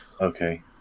Okay